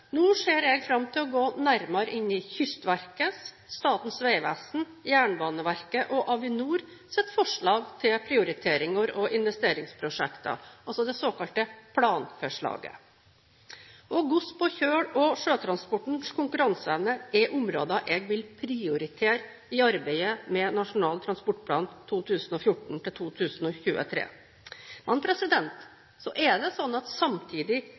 Nå ser jeg fram til å gå nærmere inn i Kystverkets, Statens vegvesens, Jernbaneverkets og Avinors forslag til prioriteringer og investeringsprosjekter – det såkalte planforslaget. Gods på kjøl og sjøtransportens konkurranseevne er områder jeg vil prioritere i arbeidet med Nasjonal transportplan for 2014–2023. Samtidig er det en rekke andre aktører som også sitter på virkemidler. Det